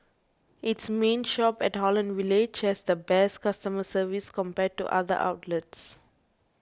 its main shop at Holland Village has the best customer service compared to other outlets